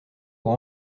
pour